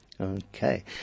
Okay